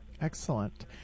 Excellent